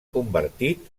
convertit